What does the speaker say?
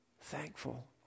thankful